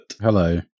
Hello